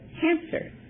cancer